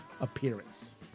appearance